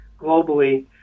globally